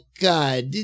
God